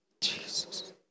Jesus